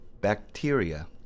bacteria